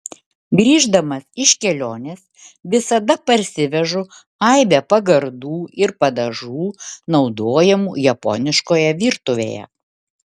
grįždamas iš kelionės visada parsivežu aibę pagardų ir padažų naudojamų japoniškoje virtuvėje